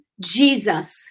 Jesus